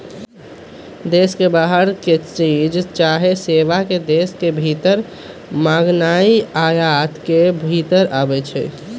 देश के बाहर से चीज चाहे सेवा के देश के भीतर मागनाइ आयात के भितर आबै छइ